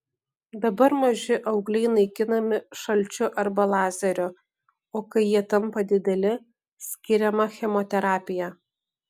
dabar maži augliai naikinami šalčiu arba lazeriu o kai jie tampa dideli skiriama chemoterapija